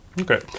Okay